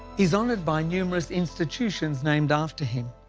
he's honoured by numerous institutions named after him,